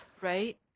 right